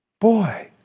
Boy